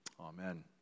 Amen